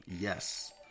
Yes